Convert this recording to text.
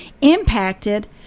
impacted